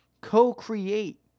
co-create